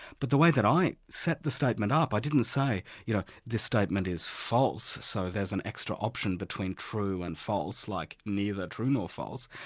but the way that i set the statement up, i didn't say you know this statement is false so there's an extra option between true and false, like neither true nor false,